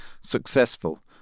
successful